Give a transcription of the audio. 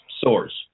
source